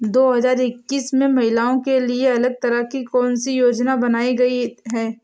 दो हजार इक्कीस में महिलाओं के लिए अलग तरह की कौन सी योजना बनाई गई है?